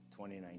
2019